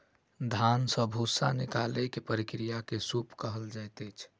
धान से भूस्सा निकालै के प्रक्रिया के सूप कहल जाइत अछि